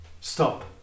Stop